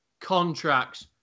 contracts